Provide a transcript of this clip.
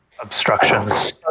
obstructions